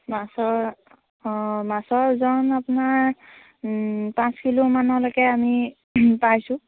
মাছৰ অঁ মাছৰ ওজন আপোনাৰ পাঁচ কিলোমানলৈকে আমি পাইছোঁ